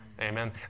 Amen